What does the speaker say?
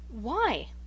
Why